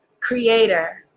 Creator